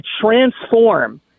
transform